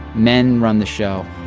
men run the show.